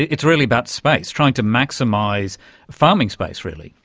it's really about space, trying to maximise farming space really.